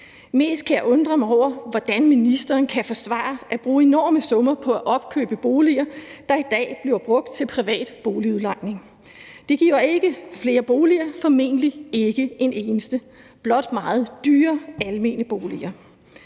Mest kan jeg undre mig over, hvordan ministeren kan forsvare at bruge enorme summer på at opkøbe boliger, der i dag bliver brugt til privat boligudlejning. Det giver ikke flere boliger, formentlig ikke en eneste, blot meget dyre almene boliger.